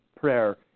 prayer